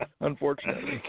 Unfortunately